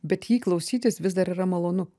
bet jį klausytis vis dar yra malonu